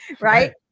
Right